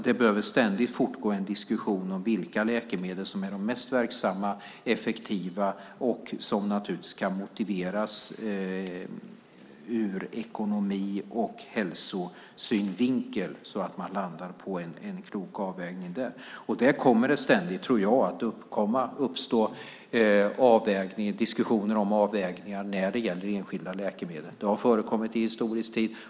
Det behöver ständigt pågå en diskussion om vilka läkemedel som är de mest verksamma och effektiva och som kan motiveras ur ekonomi och hälsosynpunkt så att man landar på en klok avvägning. Jag tror att det ständigt kommer att uppstå diskussioner om avvägningar när det gäller enskilda läkemedel. Det har förekommit i historisk tid.